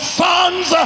sons